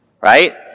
Right